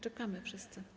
Czekamy wszyscy.